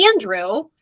Andrew